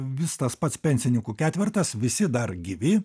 vis tas pats pensininkų ketvertas visi dar gyvi